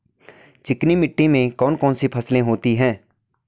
चिकनी मिट्टी में कौन कौन सी फसलें होती हैं?